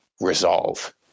Resolve